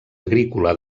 agrícola